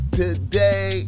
today